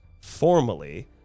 Formally